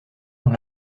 dans